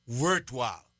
worthwhile